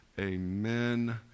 Amen